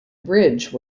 bridge